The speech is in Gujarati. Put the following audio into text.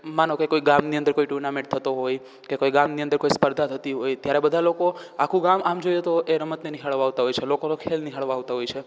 માનો કે કોઈ ગામની અંદર કોઈ ટુર્નામેન્ટ થતો હોય કે કોઈ ગામની અંદર કોઈ સ્પર્ધા થતી હોય ત્યારે બધા લોકો આખું ગામ આમ જોઈએ તો એ રમતને નિહાળવા આવતા હોય છે લોકોનો ખેલ નિહાળવા આવતા હોય છે